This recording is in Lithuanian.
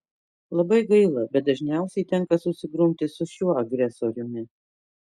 labai gaila bet dažniausiai tenka susigrumti su šiuo agresoriumi